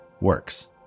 works